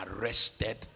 arrested